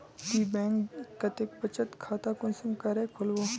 ती बैंक कतेक बचत खाता कुंसम करे खोलबो?